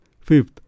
Fifth